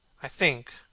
i think,